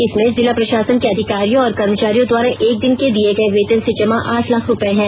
इसमें जिला प्रशासन के अधिकारियों और कर्मचारियों द्वारा एक दिन का दिए गए वेतन से जमा आठ लाख रुपए हैं